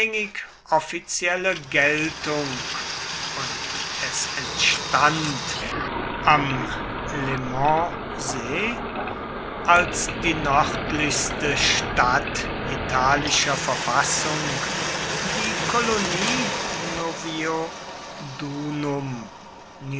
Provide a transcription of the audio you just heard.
offizielle geltung und es entstand am lemansee als die nördlichste stadt italischer verfassung die kolonie